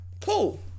Cool